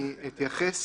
אני אתייחס